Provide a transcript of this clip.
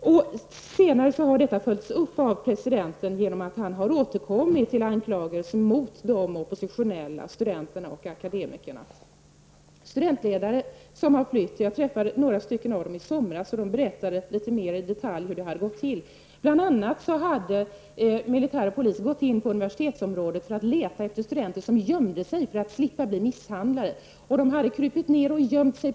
Senare har detta följts upp av presidenten genom att han har återkommit till anklagelser mot de oppositionella studenterna och akademikerna. Jag träffade i somras några av de studentledare som har flytt, och de berättade litet mera i detalj hur det hade gått till. Bl.a. hade militär och polis gått in på universitetsområdet för att leta efter studenter som hade krupit ner och gömt sig på olika ställen för att slippa bli misshandlade.